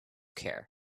care